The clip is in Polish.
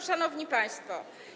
Szanowni Państwo!